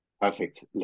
Perfect